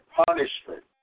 punishment